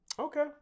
Okay